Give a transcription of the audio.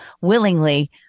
willingly